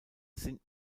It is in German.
sind